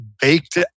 baked